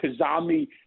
Kazami